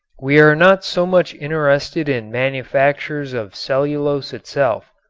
we are not so much interested in manufactures of cellulose itself,